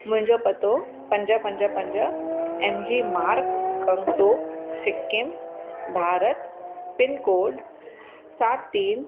मुंहिंजो पतो पंज पंज पंज M G Marg Gangtok Sikkim Bharat pincode सात तीन